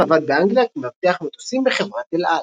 ועבד באנגליה כמאבטח מטוסים בחברת אל על.